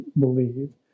believe